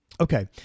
Okay